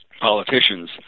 Politicians